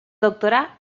doctorà